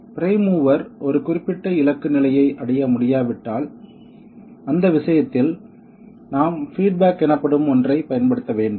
prime mover ஒரு குறிப்பிட்ட இலக்கு நிலையை அடைய முடியாவிட்டால் அந்த விஷயத்தில் நாம் பீட் பேக் எனப்படும் ஒன்றைப் பயன்படுத்த வேண்டும்